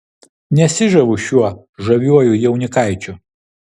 nesižaviu šiuo žaviuoju jaunikaičiu